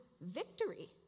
victory